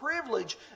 privilege